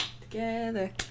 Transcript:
Together